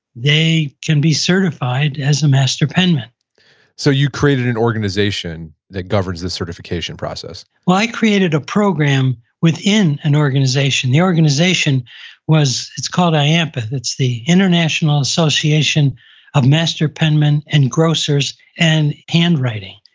they can be certified as a master penman so you created an organization that governs the certification process? well i created a program within an organization. the organization was, it's called iampeh. and but it's the international association of master penman and engrossers and handwriting.